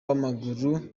w’amaguru